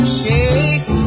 shake